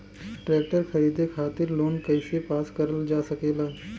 Tractor खरीदे खातीर loan कइसे पास करल जा सकेला?